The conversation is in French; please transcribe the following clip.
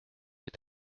est